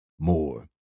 more